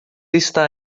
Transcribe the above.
está